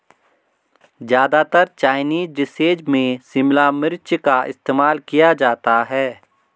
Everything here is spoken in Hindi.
ज्यादातर चाइनीज डिशेज में शिमला मिर्च का इस्तेमाल किया जाता है